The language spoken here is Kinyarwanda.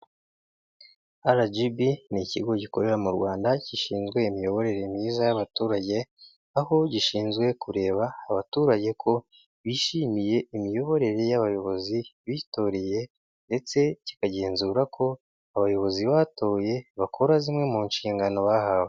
RGB ni ikigo gikorera mu Rwanda gishinzwe imiyoborere myiza y'abaturage, aho gishinzwe kureba abaturage ko bishimiye imiyoborere y 'abayobozi bitoreye ndetse kikagenzura ko abayobozi batoye bakora zimwe mu nshingano bahawe.